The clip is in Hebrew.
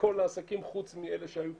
הכול זה נושאים אנושיים,